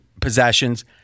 possessions